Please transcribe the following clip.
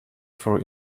for